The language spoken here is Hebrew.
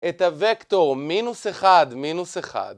את הוקטור מינוס אחד מינוס אחד.